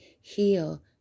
heal